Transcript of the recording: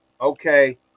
okay